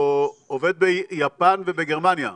עובד ביפן ובגרמניה.